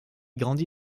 grandit